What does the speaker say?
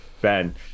ben